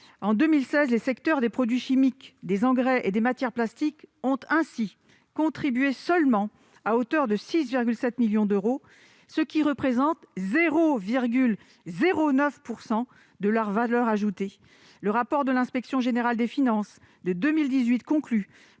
En 2016, les secteurs des produits chimiques, des engrais et des matières plastiques ont ainsi contribué seulement à hauteur de 6,7 millions d'euros, soit 0,09 % de leur valeur ajoutée. Le rapport de l'inspection générale des finances (IGF) de 2018 conclut